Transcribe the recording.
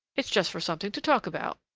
it's just for something to talk about.